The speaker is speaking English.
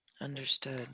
Understood